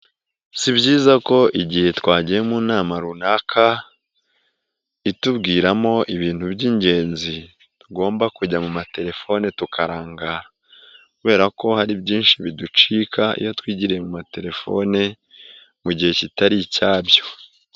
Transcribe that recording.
Si byiza ko igihe twagiye mu nama runaka itubwiramo ibintu by'ingenzi, tugomba kujya mu matelefoni tukarangara, kubera ko hari byinshi biducika iyo twigiriye mu matelefone mu gihe kitari icyabyo.